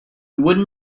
wooden